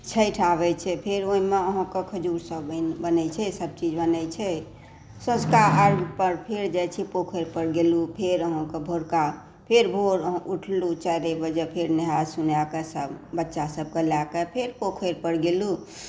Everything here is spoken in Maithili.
छठि आबै छै फेर ओहिमे अहाँकऽ खजुर सभ बनै छै सभ चीज बनै छै साँझुका अर्घ्य पर फेर जाइ छै पोखरि पर गेलहुँ फेर अहाँकेॅं भोरका फेर उठलहुँ चारि बजे फेर नहा सोनाकऽ बच्चा सभके लए कऽ फेर पोखरि पर गेलहुँ